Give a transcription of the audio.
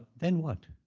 then what?